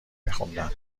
میخوندم